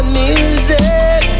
music